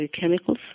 chemicals